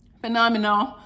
phenomenal